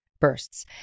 bursts